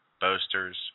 boasters